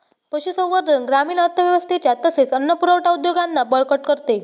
पशुसंवर्धन ग्रामीण अर्थव्यवस्थेच्या तसेच अन्न पुरवठा उद्योगांना बळकट करते